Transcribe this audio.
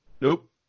Nope